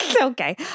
Okay